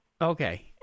Okay